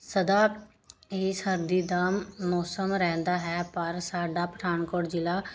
ਸਦਾ ਹੀ ਸਰਦੀ ਦਾ ਮੌਸਮ ਰਹਿੰਦਾ ਹੈ ਪਰ ਸਾਡਾ ਪਠਾਨਕੋਟ ਜ਼ਿਲ੍ਹਾ